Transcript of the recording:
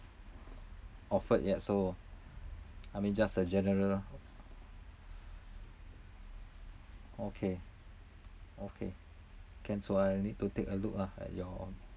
offered yet so I mean just a general okay okay can so I'll need to take a look lah at your